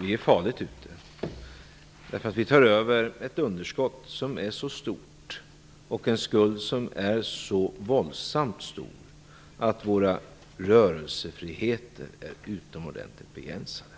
Vi är farligt ute. Vi tar över ett underskott som är så stort och en skuld som är så våldsamt stor att vår rörelsefrihet är utomordentligt begränsad.